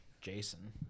Jason